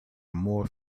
more